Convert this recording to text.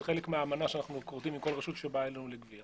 זה חלק מהאמנה שאנחנו כורתים עם כל רשות שבאה אלינו לגבייה.